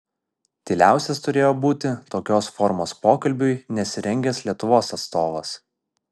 tyliausias turėjo būti tokios formos pokalbiui nesirengęs lietuvos atstovas